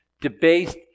debased